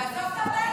אף אחד לא מאמין